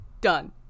done